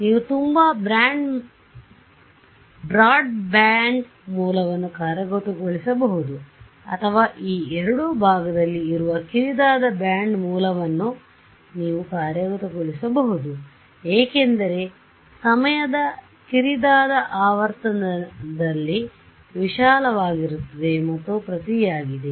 ನೀವು ತುಂಬಾ ಬ್ರಾಡ್ಬ್ಯಾಂಡ್ ಮೂಲವನ್ನು ಕಾರ್ಯಗತಗೊಳಿಸಬಹುದು ಅಥವಾ ಈ ಎರಡು ಭಾಗದಲ್ಲಿ ಇರುವ ಕಿರಿದಾದ ಬ್ಯಾಂಡ್ ಮೂಲವನ್ನು ನೀವು ಕಾರ್ಯಗತಗೊಳಿಸಬಹುದು ಏಕೆಂದರೆ ಸಮಯದ ಕಿರಿದಾದ ಆವರ್ತನದಲ್ಲಿ ವಿಶಾಲವಾಗಿರುತ್ತದೆ ಮತ್ತು ಪ್ರತಿಯಾಗಿದೆ